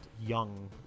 young